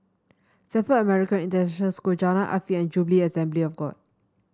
Stamford American International School Jalan Afifi and Jubilee Assembly of God